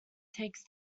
takes